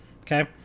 okay